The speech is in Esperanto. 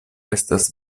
estas